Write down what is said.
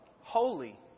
Holy